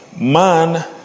Man